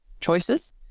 choices